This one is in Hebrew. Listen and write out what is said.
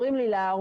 אומרים לי לערוך